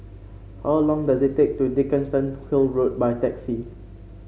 how long does it take to Dickenson Hill Road by taxi